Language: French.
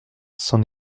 s’en